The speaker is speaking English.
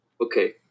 Okay